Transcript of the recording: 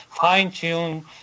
fine-tune